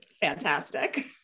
Fantastic